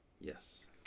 yes